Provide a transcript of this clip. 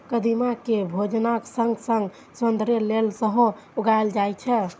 कदीमा कें भोजनक संग संग सौंदर्य लेल सेहो उगायल जाए छै